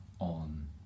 on